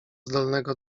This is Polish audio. zdolnego